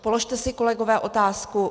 Položte si, kolegové, otázku.